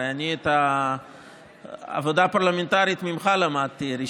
הרי אני למדתי את העבודה הפרלמנטרית ממך ראשון.